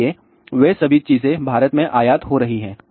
इसलिए वे सभी चीजें भारत में आयात हो रही हैं